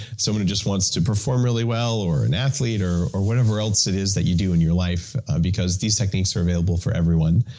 someone who just wants to perform really well, or an athlete, or or whatever else it is that you do in your life because these techniques are available for everyone.